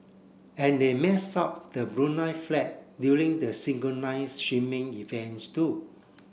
and they mess up the Brunei flag during the synchronised events too